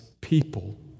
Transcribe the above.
people